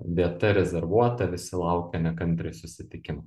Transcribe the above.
vieta rezervuota visi laukia nekantriai susitikimo